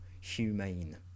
humane